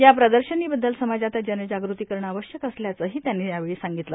या प्रदर्शनीबद्दल समाजात जनजागृती करणं आवश्यक असल्याचंही त्यांनी यावेळी सांगितलं